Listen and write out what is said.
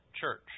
church